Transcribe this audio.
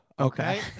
Okay